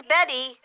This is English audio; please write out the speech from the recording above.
Betty